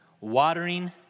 watering